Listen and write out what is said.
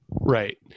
Right